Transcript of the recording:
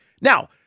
Now